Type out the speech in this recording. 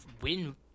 win